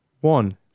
One